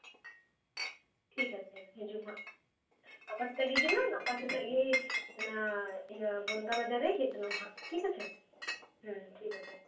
ᱴᱷᱤᱠ ᱟᱪᱷᱮ ᱦᱤᱡᱩᱜ ᱢᱮ ᱦᱟᱸᱜ ᱜᱟᱯᱟ ᱥᱮᱛᱟᱜ ᱜᱮ ᱦᱤᱡᱩᱜ ᱢᱮ ᱜᱟᱯᱟ ᱥᱮᱛᱟᱜ ᱜᱮ ᱚᱱᱟ ᱤᱭᱟᱹ ᱵᱚᱱᱜᱟ ᱵᱟᱡᱟᱨ ᱨᱮ ᱦᱮᱡ ᱦᱚᱫᱚᱜ ᱢᱮ ᱦᱟᱸᱜ ᱴᱷᱤᱠ ᱟᱪᱷᱮ ᱦᱩᱸ ᱴᱷᱤᱠ ᱟᱪᱷᱮ